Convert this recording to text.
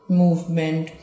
movement